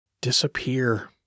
disappear